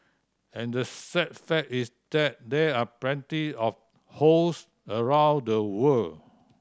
and the sad fact is that there are plenty of hosts around the world